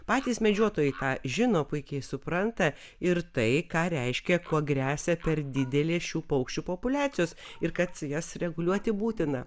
patys medžiotojai tą žino puikiai supranta ir tai ką reiškia kuo gresia per didelės šių paukščių populiacijos ir kad jas reguliuoti būtina